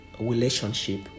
relationship